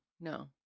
no